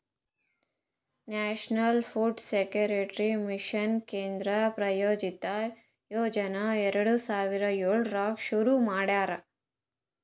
national food security mission ಕೇಂದ್ರ ಪ್ರಾಯೋಜಿತ ಯೋಜನಾ ಎರಡು ಸಾವಿರದ ಏಳರಾಗ್ ಶುರು ಮಾಡ್ಯಾರ